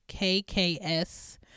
KKS